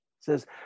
says